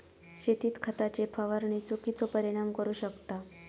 शेतीत खताची फवारणी चुकिचो परिणाम करू शकता